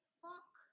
fuck